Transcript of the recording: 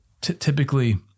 typically